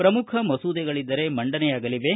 ಪ್ರಮುಖ ಮಸೂದೆಗಳಿದ್ದರೆ ಮಂಡನೆಯಾಗಲಿವೆ